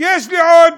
יש לי עוד